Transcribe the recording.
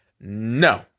no